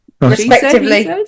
respectively